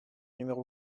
numéro